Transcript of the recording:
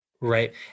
Right